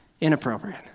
inappropriate